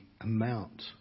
amount